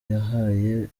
yabahaye